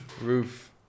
Roof